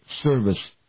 service